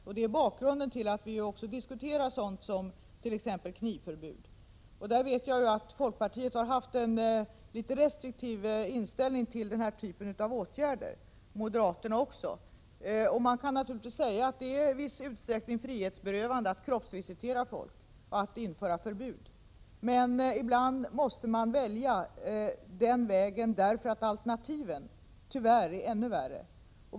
Detta är bakgrunden till att vi även diskuterar sådant som knivförbud. Där vet jag ju att folkpartiet, liksom också moderaterna, har haft en litet restriktivare inställning till den här typen av åtgärder. Man kan naturligtvis säga att det är i viss utsträckning frihetsberövande att kroppsvisitera folk och att införa förbud, men ibland måste man välja den vägen därför att alternativen tyvärr är ännu värre.